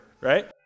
right